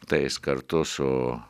tai jis kartu su